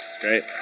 Great